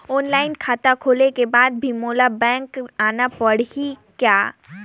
Online खाता खोले के बाद भी मोला बैंक आना पड़ही काय?